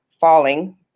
falling